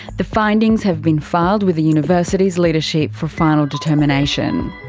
the findings have been filed with the university's leadership for final determination.